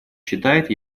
считает